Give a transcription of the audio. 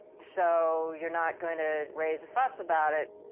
so you're not going to raise a fuss about it.